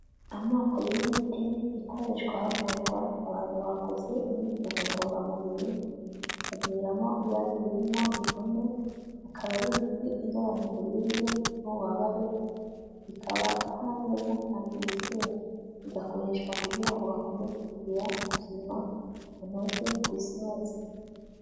Amoko y'imiti ikoreshwa havurwa abantu bakoze imyitozo ngororamubiri bakagiriramo ibibazo birimo imvune. Ikaba ari imiti igabanya uburibwe n'ububabare. Ikaba ikora neza kandi yizewe. Igakoreshwa kugira ngo bakomeze kugira ubuzima bunoze ku isi hose.